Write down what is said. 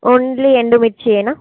only ఎండు మిర్చి యేనా